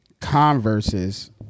converses